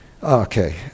Okay